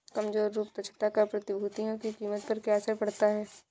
कमजोर रूप दक्षता का प्रतिभूतियों की कीमत पर क्या असर पड़ता है?